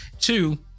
Two